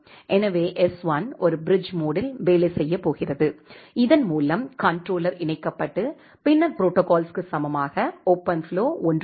எனவே எஸ்1 ஒரு பிரிட்ஜ் மோட்டில் வேலை செய்யப் போகிறது இதன் மூலம் கண்ட்ரோலர் இணைக்கப்பட்டு பின்னர் ப்ரோடோகால்ஸ்ஸுக்கு சமமாக ஓபன்ஃப்ளோ 1